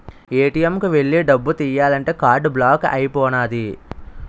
ATM కు ఎల్లి డబ్బు తియ్యాలంతే కార్డు బ్లాక్ అయిపోనాది